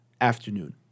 afternoon